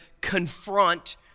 confront